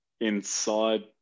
inside